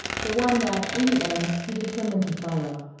but one that in the end he determined to follow.